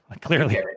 clearly